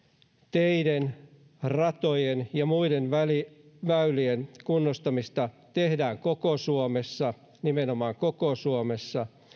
teiden ratojen ja muiden väylien kunnostamista tehdään koko suomessa nimenomaan koko suomessa